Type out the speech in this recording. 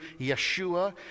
Yeshua